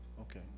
Okay